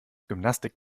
gymnastik